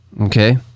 Okay